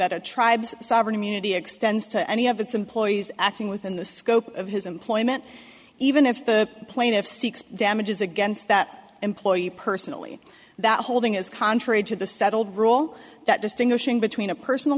that the tribes sovereign immunity extends to any of its employees acting within the scope of his employment even if the plaintiff seeks damages against that employee personally that holding is contrary to the settled rule that distinguishing between a personal